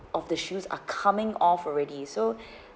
of the shoes are coming off already so